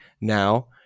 now